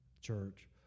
church